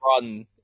run